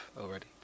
already